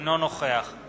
אינה נוכחת